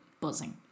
buzzing